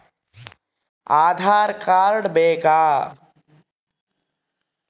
Aadhaar card ಬೇಕಾ?